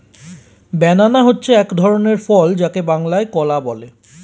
banana হচ্ছে এক ধরনের ফল যাকে বাংলায় কলা বলে